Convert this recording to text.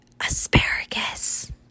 asparagus